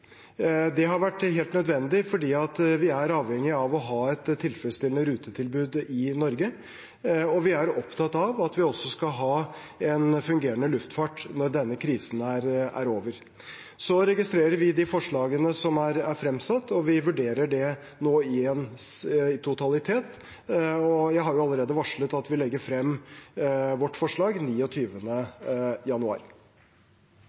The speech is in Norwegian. Det har vært helt nødvendig fordi vi er avhengig av å ha et tilfredsstillende rutetilbud i Norge, og vi er opptatt av at vi også skal ha en fungerende luftfart når denne krisen er over. Så registrerer vi de forslagene som er fremsatt, og vi vurderer det nå i en totalitet. Jeg har allerede varslet at vi legger frem vårt forslag